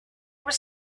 was